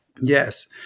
Yes